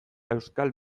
euskal